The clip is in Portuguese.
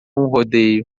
rodeio